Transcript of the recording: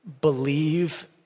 believe